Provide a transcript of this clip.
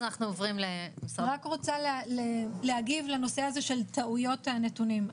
אני רק רוצה להגיב לנושא הזה של טעויות הנתונים.